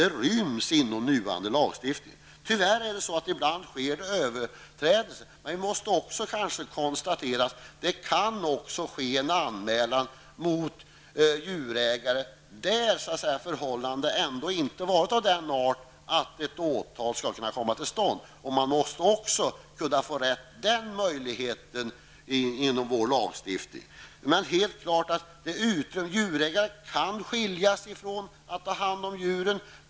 Tyvärr sker det ibland överträdelser, men vi måste också konstatera att det kan göras anmälan mot djurägare i fall där förhållandena ändå inte varit av den arten att ett åtal skall kunna komma till stånd. Även den möjligheten måste ges utrymme i vår lagstiftning. Det är helt klart att djurägare kan skiljas från att ha hand om djuren.